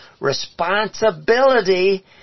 responsibility